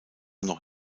noch